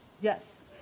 Yes